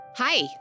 Hi